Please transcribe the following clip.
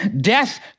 Death